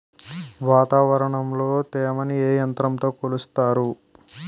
వాతావరణంలో తేమని ఏ యంత్రంతో కొలుస్తారు?